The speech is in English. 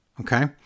Okay